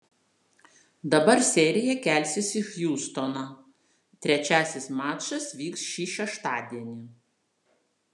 dabar serija kelsis į hjustoną trečiasis mačas vyks šį šeštadienį